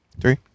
Three